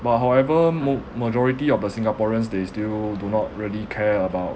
but however ma~ majority of the singaporeans they still do not really care about